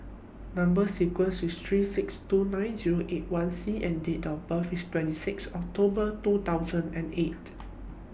Number sequence IS T three six two nine Zero eight one C and Date of birth IS twenty six October two thousand and eight